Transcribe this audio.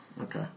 Okay